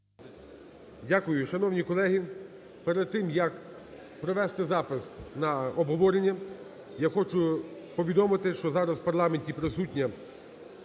Дякую. Шановні колеги! Перед ти як провести запис на обговорення, я хочу повідомити, що зараз в парламенті присутня